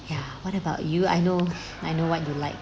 ya what about you I know I know what you like